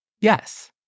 Yes